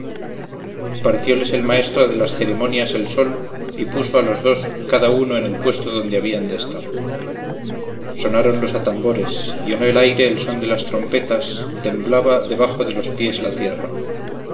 satisfación alguna partióles el maestro de las ceremonias el sol y puso a los dos cada uno en el puesto donde habían de estar sonaron los atambores llenó el aire el son de las trompetas temblaba debajo de los pies la tierra